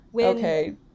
Okay